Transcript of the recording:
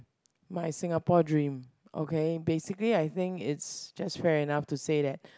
my Singapore dream okay basically I think it's just fair enough to say that